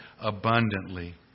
abundantly